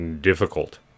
difficult